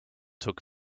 took